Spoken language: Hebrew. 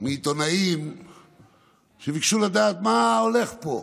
מעיתונאים שביקשו לדעת מה הולך פה.